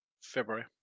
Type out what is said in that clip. February